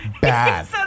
bad